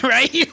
Right